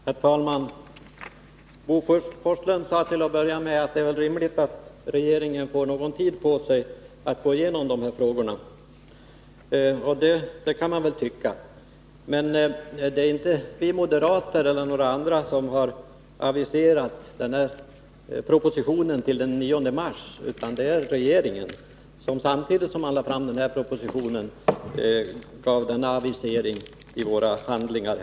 Herr talman! Bo Forslund sade till att börja med att det är rimligt att regeringen får någon tid på sig att gå igenom dessa frågor, och det kan man tycka. Men det är inte vi moderater som har aviserat en proposition till den 9 mars, utan det är regeringen, som samtidigt som den lade fram denna proposition gjorde en sådan avisering i våra handlingar.